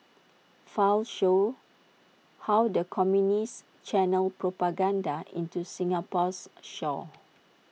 files show how the communists channelled propaganda into Singapore's shores